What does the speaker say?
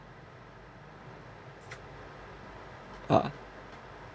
a'ah